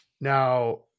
Now